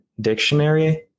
dictionary